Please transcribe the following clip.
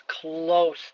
close